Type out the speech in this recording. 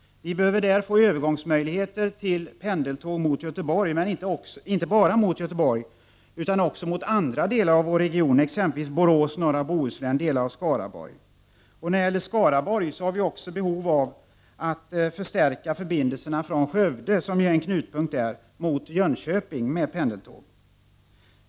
Vi behöver där få övergångsmöjligheter till pendeltåg mot Göteborg, men inte bara mot Göteborg utan också mot andra delar av vår region, exempelvis Borås, norra Bohuslän och delar av Skaraborg. Vi har också behov av att stärka förbindelserna från Skövde, som är en knutpunkt, mot Jönköping, med pendeltåg.